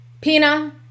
Pina